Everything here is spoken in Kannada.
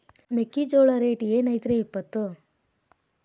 ಮೆಕ್ಕಿಜೋಳ ರೇಟ್ ಏನ್ ಐತ್ರೇ ಇಪ್ಪತ್ತು?